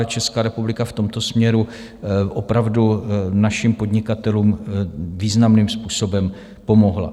Ale Česká republika v tomto směru opravdu našim podnikatelům významným způsobem pomohla.